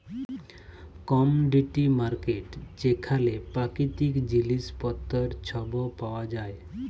commodity market যেখালে পাকিতিক জিলিস পত্তর ছব পাউয়া যায়